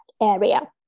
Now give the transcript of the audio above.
area